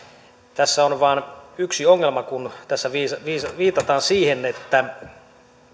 tässä on vain yksi ongelma kun tässä viitataan siihen että